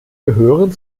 gehören